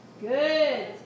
good